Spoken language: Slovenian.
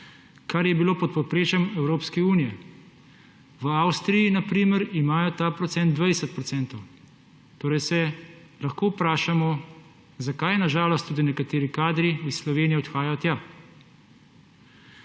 kar je bilo pod povprečjem Evropske unije. V Avstriji, na primer, imajo ta odstotek 20 %. Torej se lahko vprašamo, zakaj na žalost tudi nekateri kadri iz Slovenije odhajajo tja.